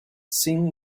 seemed